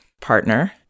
partner